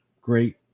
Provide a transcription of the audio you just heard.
great